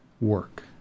work